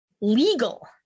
legal